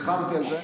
נלחמתי על זה.